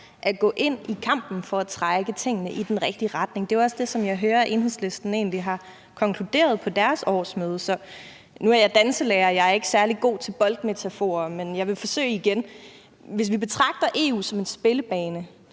at gå ind i kampen for at trække tingene i den rigtige retning. Det er jo egentlig også det, som jeg hører at Enhedslisten har konkluderet på deres årsmøde. Nu er jeg danselærer, og jeg er ikke særlig god til boldmetaforer, men jeg vil forsøge igen. Hvis vi betragter EU som en spillebane,